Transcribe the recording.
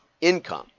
income